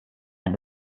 wenn